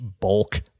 bulk